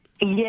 Yes